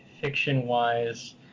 fiction-wise